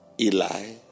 Eli